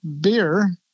beer